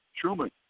Truman